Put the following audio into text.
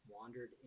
wandered